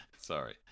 Sorry